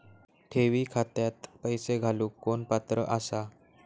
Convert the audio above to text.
ठेवी खात्यात पैसे घालूक कोण पात्र आसा?